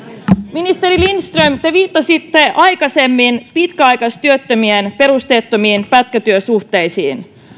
ministeri lindström te viittasitte aikaisemmin pitkäaikaistyöttömien perusteettomiin pätkätyösuhteisiin